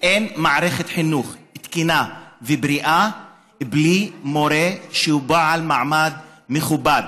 אין מערכת חינוך תקינה ובריאה בלי מורה שהוא בעל מעמד מכובד.